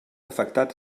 afectat